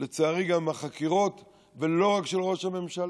לצערי, גם עם החקירות, ולא רק של ראש הממשלה.